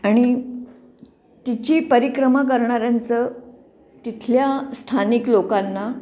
आणि तिची परिक्रमा करणाऱ्यांचं तिथल्या स्थानिक लोकांना